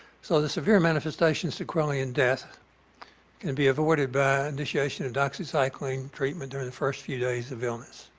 so, the severe manifestation sequela and death can be avoided by initiation of doxycycline treatment during the first few days of illness.